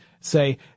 say